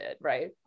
right